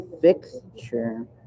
fixture